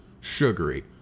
Sugary